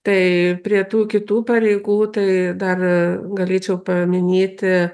tai prie tų kitų pareigų tai dar galėčiau paminėti